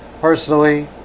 personally